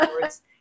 words